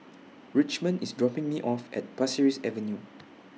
Richmond IS dropping Me off At Pasir Ris Avenue